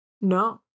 No